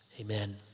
amen